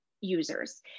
users